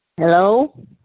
Hello